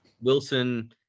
Wilson